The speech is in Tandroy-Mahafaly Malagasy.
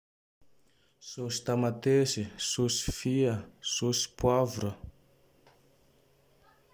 Sôsy tamatese, sôsy fia, sôsy poavra.